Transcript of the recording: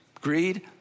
Greed